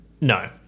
No